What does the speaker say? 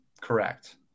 correct